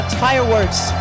fireworks